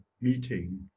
meeting